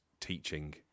teaching